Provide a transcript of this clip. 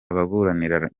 ababuranira